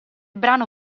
brano